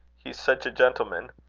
he's such a gentleman!